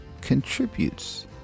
contributes